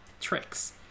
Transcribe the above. tricks